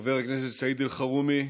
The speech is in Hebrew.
חבר הכנסת סעיד אלחרומי,